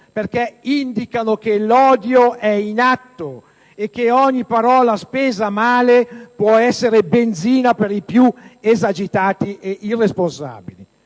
perché indicano che l'odio è in atto e che ogni parola spesa male può essere benzina per i più esagitati ed irresponsabili.